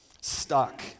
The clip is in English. Stuck